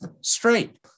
straight